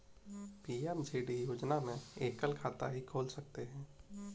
PMJD योजना में एकल खाता ही खोल सकते है